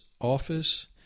office